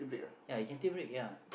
ya it can still break ya